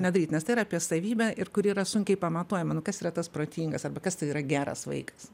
nedaryt nes tai yra apie savybę ir kuri yra sunkiai pamatuojama nu kas yra tas protingas arba kas tai yra geras vaikas